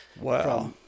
Wow